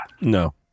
No